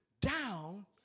down